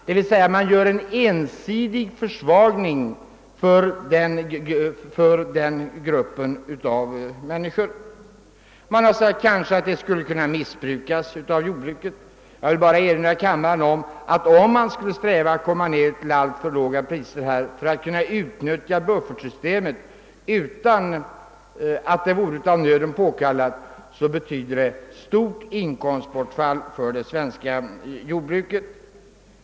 Man gör alltså en ensidig försvagning för den gruppen av människor; man har sagt att systemet kanske skulle kunna missbrukas av jordbruket. Jag vill erinra kammaren om att om man skulle eftersträva att komma ned till alltför låga priser för att kunna utnyttja buffertsystemet utan att det vore av nöden påkallat, skulle det betyda ett stort inkomstbortfall för det svenska jordbruket.